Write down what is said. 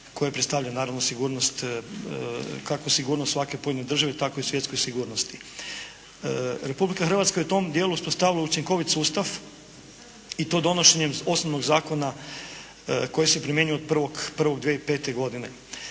koje predstavlja naravno sigurnost, kako sigurnost svake pojedine države tako i svjetskoj sigurnosti. Republika Hrvatska je u tom dijelu uspostavila učinkovit sustav i to donošenjem osnovnog zakona koji se primjenjuje od 1.1.2005. godine.